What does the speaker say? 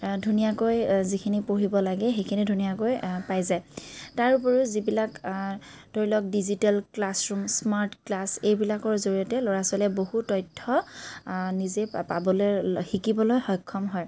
ধুনীয়াকৈ যিখিনি পঢ়িব লাগে সেইখিনি ধুনীয়াকৈ পাই যায় তাৰ উপৰিও যিবিলাক ধৰি লওক digital class room smart class এইবিলাকৰ জৰিয়তে ল'ৰা ছোৱালীয়ে বহু তথ্য নিজে পা পাবলৈ শিকিবলৈ সক্ষম হয়